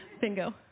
Bingo